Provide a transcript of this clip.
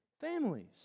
families